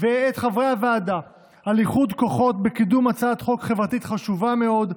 ואת חברי הוועדה על איחוד כוחות בקידום הצעת חוק חברתית חשובה מאוד,